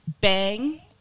bang